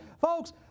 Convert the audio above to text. Folks